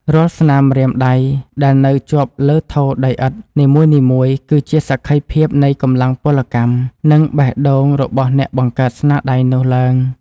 រាល់ស្នាមម្រាមដៃដែលនៅជាប់លើថូដីឥដ្ឋនីមួយៗ គឺជាសក្ខីភាពនៃកម្លាំងពលកម្ម និង បេះដូងរបស់អ្នកបង្កើតស្នាដៃនោះឡើង។